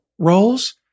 roles